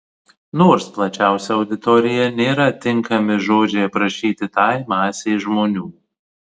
nors plačiausia auditorija nėra tinkami žodžiai aprašyti tai masei žmonių